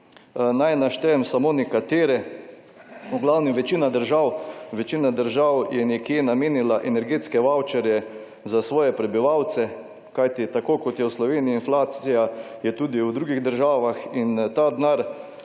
Naj naštejem samo nekatere. V glavnem večina držav je nekje namenila energetske vavčerje za svoje prebivalce. Kajti tako kot je v Sloveniji inflacija, je tudi v drugih državah in ta denar